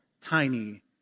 tiny